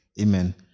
amen